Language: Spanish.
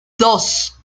dos